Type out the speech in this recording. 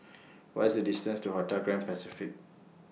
What IS The distance to Hotel Grand Pacific